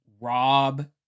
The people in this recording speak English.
Rob